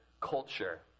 culture